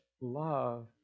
love